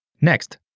Next